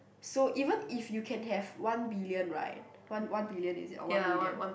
so even if you can have one billion right one one billion is it or one million